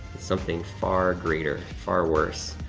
something far greater, far worse.